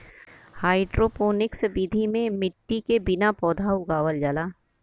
hydroponics विधि में मट्टी के बिना पौधा उगावल जाला